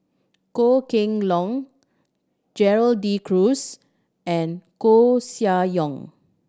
Goh Kheng Long Gerald De Cruz and Koeh Sia Yong